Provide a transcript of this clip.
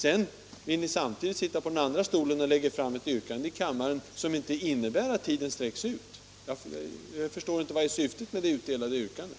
Samtidigt vill ni sitta på den andra stolen och lägger fram ett yrkande i kammaren som inte innebär att tiden sträcks ut. Jag förstår inte vad som är syftet med det utdelade yrkandet.